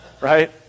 right